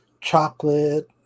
chocolate